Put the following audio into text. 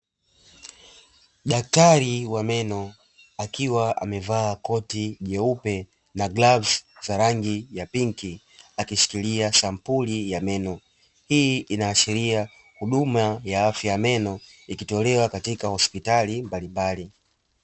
Daktari wa meno akiwa amevaa koti nyeupe na glovuzi za rangi ya pinki, akishikilia sampuli ya meno hii inaashiria hutuma ya afya meno ikitolewa katika hospitali mbalimbali.